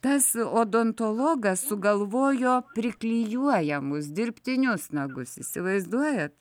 tas odontologas sugalvojo priklijuojamus dirbtinius nagus įsivaizduojat